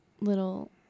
little